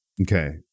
Okay